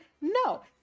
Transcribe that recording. No